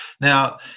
Now